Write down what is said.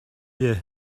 you